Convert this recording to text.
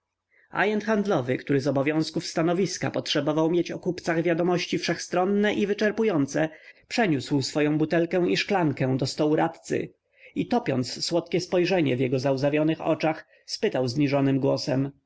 handlowy który z obowiązków stanowiska potrzebował mieć o kupcach wiadomości wszechstronne i wyczerpujące przeniósł swoję butelkę i szklankę do stołu radcy i topiąc słodkie spojrzenie w jego załzawionych oczach spytał zniżonym głosem